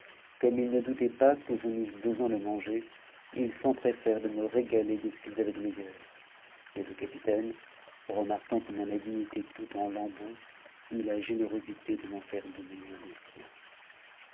mmme ils ne doutaient pas que je n'eusse besoin de manger ils s'emp'essèrent de me régaler de ce qu'ils avaient de meilleur et le capitaine parquant que mon habit était tout en lambeaux eut la générosité de niaire donner un des siens